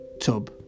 tub